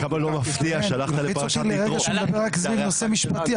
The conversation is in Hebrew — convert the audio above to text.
הוא הלחיץ אותי לרגע שהוא מדבר רק סביב נושא משפטי,